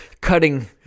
cutting